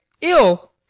ill